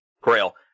grail